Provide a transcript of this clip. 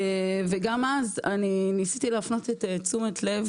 גם אז אני ניסיתי להפנות את תשומת לב,